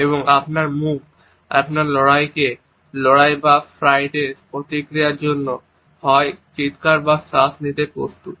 এবং আপনার মুখ আপনার শরীরকে লড়াই বা ফ্লাইটের প্রতিক্রিয়ার জন্য হয় চিৎকার বা শ্বাস নিতে প্রস্তুত